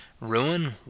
ruin